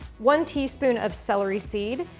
one teaspoon of celery seed,